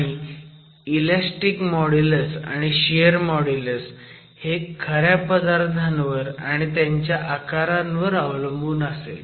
आणि elastic modulus आणि shear modulus हे खऱ्या पदार्थांवर आणि त्यांच्या आकारावर अवलंबून असेल